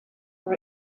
for